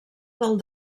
del